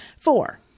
Four